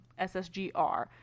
ssgr